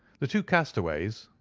the two castaways,